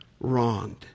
Wronged